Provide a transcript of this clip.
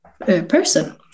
person